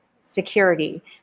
security